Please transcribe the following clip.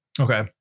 Okay